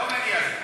לא מגיע לך.